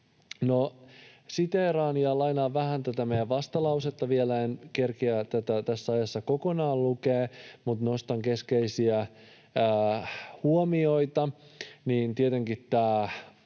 siteeraan ja lainaan vähän tätä meidän vastalausetta vielä. En kerkeä tätä tässä ajassa kokonaan lukemaan, mutta nostan keskeisiä huomioita: